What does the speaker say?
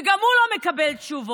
וגם הוא לא מקבל תשובות.